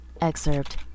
Excerpt